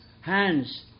hands